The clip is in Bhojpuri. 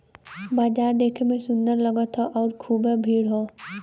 बाजार देखे में सुंदर लगत हौ आउर खूब भीड़ हौ